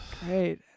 Great